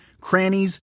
crannies